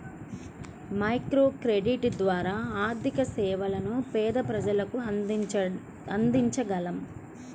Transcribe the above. microcredit ద్వారా ఆర్థిక సేవలను పేద ప్రజలకు అందించగలం